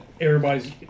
everybody's